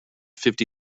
fifty